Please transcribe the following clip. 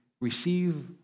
receive